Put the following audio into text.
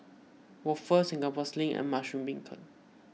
Waffle Singapore Sling and Mushroom Beancurd